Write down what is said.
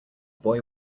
boy